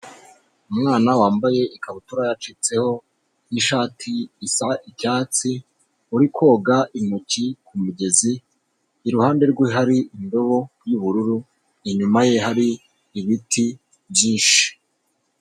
Umwana wambaye ikabutura yacitseho n'ishati isa icyatsi, uri koga intoki ku mugezi, iruhande rwe hari indobo y'ubururu, inyuma ye hari ibiti byinshi.